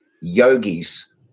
yogis